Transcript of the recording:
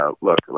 look